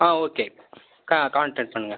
ஆ okay கா contact பண்ணுங்கள்